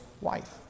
wife